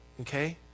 Okay